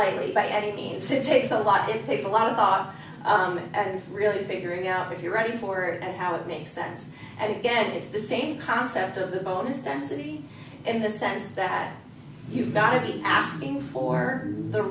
play by any means it takes a lot it takes a lot of thought and really figuring out if you're ready for it and how it makes sense and again it's the same concept of the bonus density in the sense that you've got to be asking for the